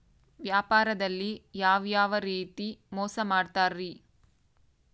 ವ್ಯಾಪಾರದಲ್ಲಿ ಯಾವ್ಯಾವ ರೇತಿ ಮೋಸ ಮಾಡ್ತಾರ್ರಿ?